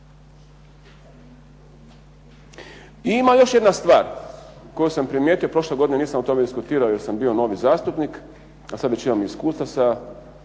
ima još jedna stvar koju sam primjetio, prošle godine nisam o tome diskutirao jer sam bio novi zastupnik, a sad već imam iskustva